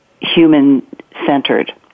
human-centered